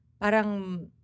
parang